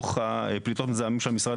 לדוח פלטות מזהמים של המשרד